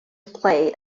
play